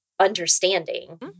understanding